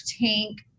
tank